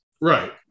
Right